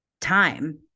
time